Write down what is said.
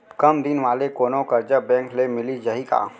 कम दिन वाले कोनो करजा बैंक ले मिलिस जाही का?